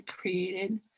created